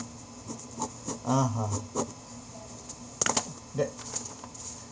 (uh huh) that